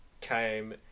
Came